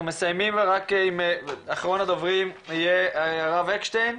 אנחנו מסיימים עם אחרון הדוברים שיהיה הרב אקשטיין,